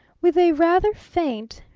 with a rather faint,